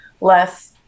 less